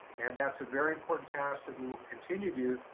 and that's a very important task that we will continue to do,